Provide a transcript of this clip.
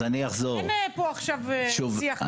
אין פה עכשיו דו שיח.